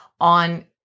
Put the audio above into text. on